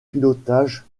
pilotage